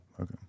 Okay